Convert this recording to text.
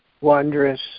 wondrous